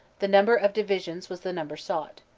the number of divisions was the number sought.